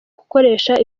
gukoresha